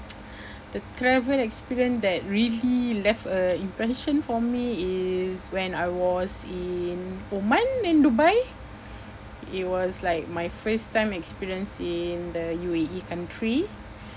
the travel experience that really left a impression for me is when I was in Oman in Dubai it was like my first time experience in the U_A_E country